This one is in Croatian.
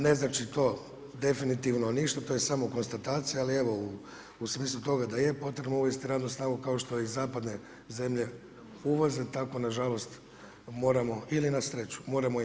Ne znači to definitivno ništa, to je samo konstatacija, ali evo u smislu toga da je potrebno uvesti radnu snagu kao što i zapadne zemlje uvoze tako nažalost moramo ili na sreću, moramo i mi.